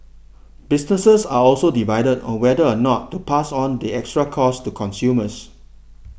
businesses are also divided on whether or not to pass on the extra costs to consumers